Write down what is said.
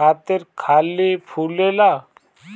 खातिर खाली फुलाला